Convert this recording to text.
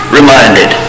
reminded